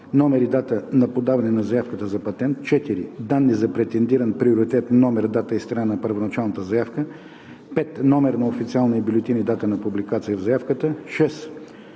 номер и дата на подаване на заявката за патент; 4. данни за претендиран приоритет – номер, дата и страна на първоначалната заявка; 5. номер на официалния бюлетин и дата на публикация за заявката; 6.